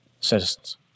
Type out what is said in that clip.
Citizens